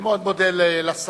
אני מאוד מודה לשר.